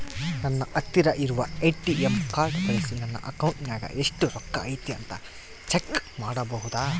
ನನ್ನ ಹತ್ತಿರ ಇರುವ ಎ.ಟಿ.ಎಂ ಕಾರ್ಡ್ ಬಳಿಸಿ ನನ್ನ ಅಕೌಂಟಿನಾಗ ಎಷ್ಟು ರೊಕ್ಕ ಐತಿ ಅಂತಾ ಚೆಕ್ ಮಾಡಬಹುದಾ?